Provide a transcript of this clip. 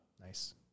Nice